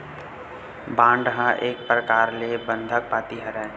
bond ह एक परकार ले बंधक पाती हरय